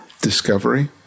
discovery